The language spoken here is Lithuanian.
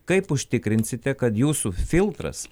kaip užtikrinsite kad jūsų filtras